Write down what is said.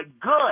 good